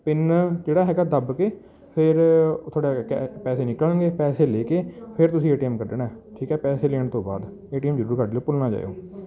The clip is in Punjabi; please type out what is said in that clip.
ਪਿੰਨ ਜਿਹੜਾ ਹੈਗਾ ਦੱਬ ਕੇ ਫਿਰ ਤੁਹਾਡਾ ਪੈਸੇ ਨਿਕਲਣਗੇ ਪੈਸੇ ਲੈ ਕੇ ਫਿਰ ਤੁਸੀਂ ਏ ਟੀ ਐੱਮ ਕੱਢਣਾ ਠੀਕ ਹੈ ਪੈਸੇ ਲੇਣ ਤੋਂ ਬਾਅਦ ਏ ਟੀ ਐੱਮ ਜ਼ਰੂਰ ਕੱਢ ਲਿਓ ਭੁੱਲ ਨਾ ਜਾਇਓ